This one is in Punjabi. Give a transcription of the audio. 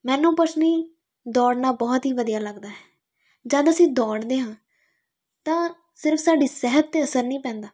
ਮੈਨੂੰ ਪੁੱਛਣੀ ਦੌੜਨਾ ਬਹੁਤ ਹੀ ਵਧੀਆ ਲੱਗਦਾ ਹੈ ਜਦੋਂ ਅਸੀਂ ਦੌੜਦੇ ਹਾਂ ਤਾਂ ਸਿਰਫ਼ ਸਾਡੀ ਸਿਹਤ 'ਤੇ ਅਸਰ ਨਹੀਂ ਪੈਂਦਾ